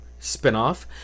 spinoff